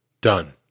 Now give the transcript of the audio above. Done